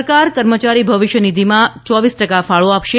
સરકાર કર્મચારી ભવિષ્ય નિધિમાં ચોવીસ ટકા ફાળો આપશે